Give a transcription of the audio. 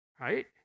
right